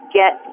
get